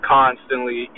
constantly